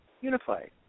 unified